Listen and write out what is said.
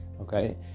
okay